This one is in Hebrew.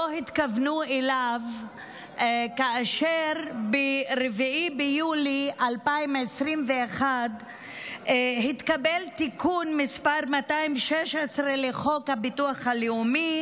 התכוונו אליו כאשר ב-4 ביולי 2021 התקבל תיקון מס' 216 לחוק הביטוח הלאומי